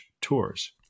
Tours